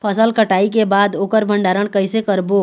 फसल कटाई के बाद ओकर भंडारण कइसे करबो?